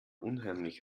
unheimlich